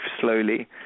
slowly